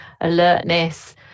alertness